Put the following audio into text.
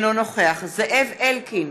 אינו נוכח זאב אלקין,